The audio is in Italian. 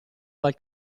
dal